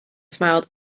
smiled